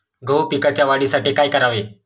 गहू पिकाच्या वाढीसाठी काय करावे?